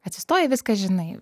atsistojai viską žinai